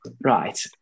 right